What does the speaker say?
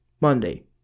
Monday